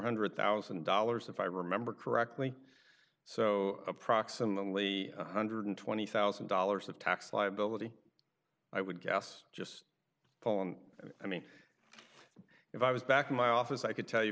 hundred thousand dollars if i remember correctly so approximately one one hundred and twenty thousand dollars of tax liability i would guess just phone i mean if i was back in my office i could tell you